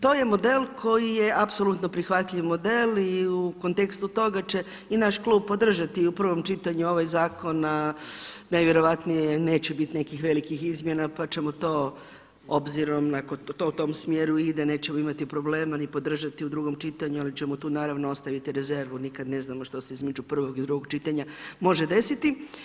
To je model koji je apsolutno prihvatljiv model i u kontekstu toga će i naš klub podržati u prvom čitanju ovaj zakon a najvjerojatnije neće biti nekih velikih izmjena pa ćemo to obzirom ako to u tom smjeru ide nećemo imati problema ni podržati u drugom čitanju ali ćemo tu naravno ostaviti rezervu nikad ne znamo što se između prvog i drugog čitanja može desiti.